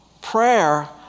prayer